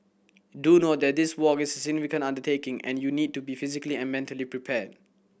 do note that this walk is a significant undertaking and you need to be physically and mentally prepared